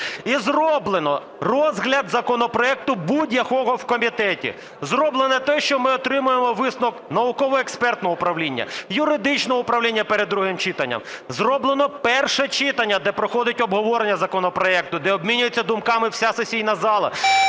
і зроблено розгляд законопроекту будь-якого в комітеті. Зроблено те, що ми отримуємо висновок науково-експертного управління, юридичного управління перед другим читанням. Зроблено перше читання, де проходить обговорення законопроекту, де обмінюється думками вся сесійна зала,